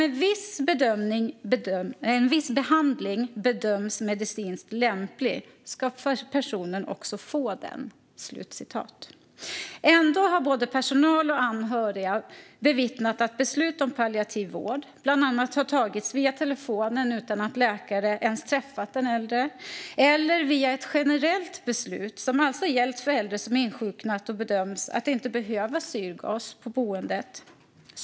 Om en viss behandling bedöms medicinskt lämplig ska personen också få den". Ändå har både personal och anhöriga bevittnat att beslut om palliativ vård har tagits bland annat via telefon utan att läkare ens har träffat den äldre eller via ett generellt beslut som alltså har gällt för äldre som insjuknat och inte bedömts behöva syrgas på boendet.